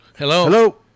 Hello